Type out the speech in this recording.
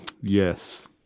yes